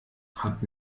hat